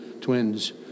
twins